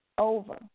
over